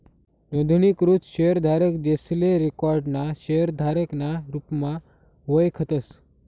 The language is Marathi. नोंदणीकृत शेयरधारक, जेसले रिकाॅर्ड ना शेयरधारक ना रुपमा वयखतस